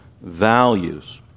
values